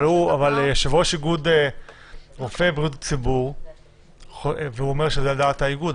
אבל יושב-ראש איגוד רופאי בריאות הציבור והוא אומר שזה על דעת האיגוד,